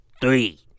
three